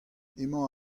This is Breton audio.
emañ